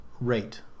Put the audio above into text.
rate